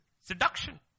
Seduction